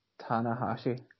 Tanahashi